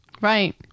Right